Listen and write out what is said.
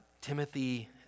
Timothy